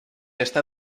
está